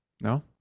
No